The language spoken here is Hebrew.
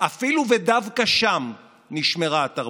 דווקא שם נשמרה התרבות,